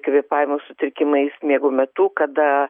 kvėpavimo sutrikimais miego metu kada